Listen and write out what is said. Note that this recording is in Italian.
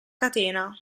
catena